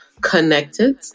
connected